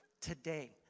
today